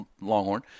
Longhorn